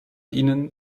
ihnen